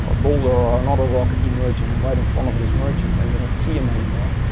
ah boulder or an auto-rock emerging right in front of this merchant, and you don't see him anymore.